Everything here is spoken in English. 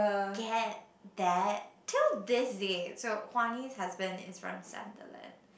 get that til this day so Hua-Ni's husband is from Sunderland